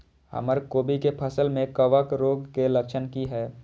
हमर कोबी के फसल में कवक रोग के लक्षण की हय?